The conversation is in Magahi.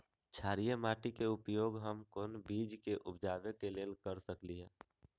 क्षारिये माटी के उपयोग हम कोन बीज के उपजाबे के लेल कर सकली ह?